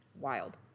wild